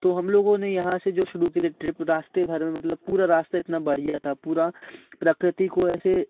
तो हम लोगों ने यहाँ से जो शुरू की थी ट्रिप रास्ते भर मतलब पूरा रास्ते इतना बढ़िया था पूरा प्रकृति को ऐसे